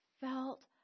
felt